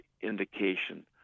indication